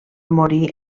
morir